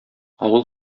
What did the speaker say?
авыл